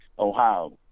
Ohio